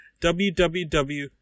www